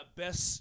best